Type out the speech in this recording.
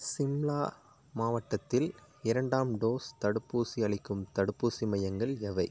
ஷிம்லா மாவட்டத்தில் இரண்டாம் டோஸ் தடுப்பூசி அளிக்கும் தடுப்பூசி மையங்கள் எவை